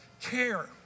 care